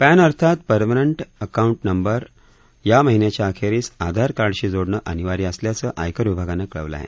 pan अर्थात permanent account number या महिन्याच्या अखेरीस आधार कार्डशी जोडणं अनिवार्य असल्याचं आयकर विभागानं कळवलं आहे